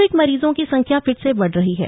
Covid मरीजों की संख्या फिर से बढ़ रही है